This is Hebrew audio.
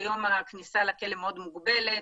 כיום הכניסה לכלא מאוד מוגבלת,